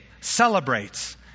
celebrates